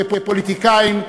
כפוליטיקאים,